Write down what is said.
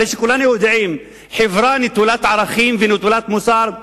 הרי כולנו יודעים: חברה נטולת ערכים ונטולת מוסר,